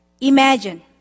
imagine